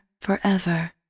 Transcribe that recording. forever